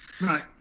Right